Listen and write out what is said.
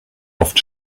oft